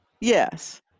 yes